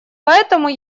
поэтому